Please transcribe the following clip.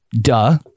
duh